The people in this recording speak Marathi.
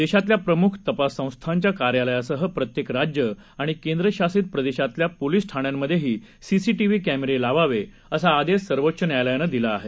देशातल्या प्रमुख तपास संस्थांच्या कार्यालयासह प्रत्येक राज्य आणि केंद्रशासित प्रदेशातल्या पोलीस ठाण्यांमध्येही सीसीटीव्ही कॅमेरे लावावे असा आदेश सर्वोच्च न्यायालायनं दिला आहे